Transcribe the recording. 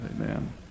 amen